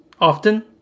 often